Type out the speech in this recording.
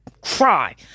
cry